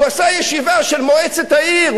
הוא עשה ישיבה של מועצת העיר,